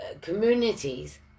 communities